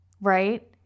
Right